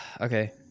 Okay